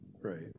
right